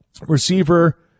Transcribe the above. Receiver